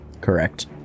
Correct